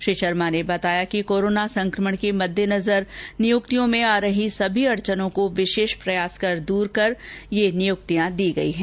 श्री शर्मा ने बताया कि कोरोना संक्रमण के मद्देनजर इन नियुक्तियों में आ रही सभी अड़चनों को विशेष प्रयास कर दूर कर यह नियुक्तिया दी गई है